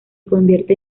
convierte